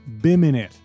Biminit